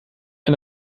ein